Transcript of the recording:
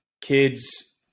kids